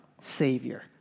Savior